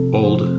old